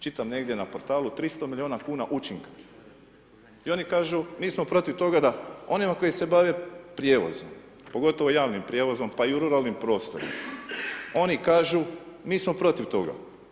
Čitam negdje na portalu 300 miliona kuna učinka i oni kažu mi smo protiv toga da onima koji se bave prijevozom, pogotovo javnim prijevozom, pa i u ruralnim prostorima, oni kažu mi smo protiv toga.